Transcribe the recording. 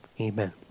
Amen